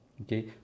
Okay